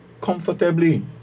comfortably